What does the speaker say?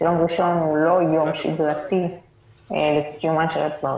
ויום ראשון הוא לא יום שגרתי לקיומן של הצבעות?